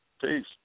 Peace